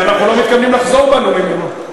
ואנחנו לא מתכוונים לחזור בנו ממנו.